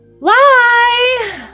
Lie